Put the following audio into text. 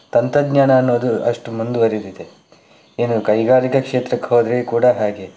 ತಂತ್ರಜ್ಞಾನ ಅನ್ನೋದು ಅಷ್ಟು ಮುಂದುವರೆದಿದೆ ಇನ್ನು ಕೈಗಾರಿಕಾ ಕ್ಷೇತ್ರಕ್ಕೆ ಹೋದರೆ ಕೂಡ ಹಾಗೆ